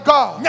God